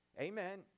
Amen